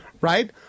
Right